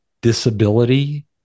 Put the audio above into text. disability